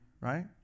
Right